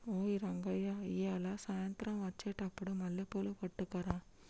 ఓయ్ రంగయ్య ఇయ్యాల సాయంత్రం అచ్చెటప్పుడు మల్లెపూలు పట్టుకరా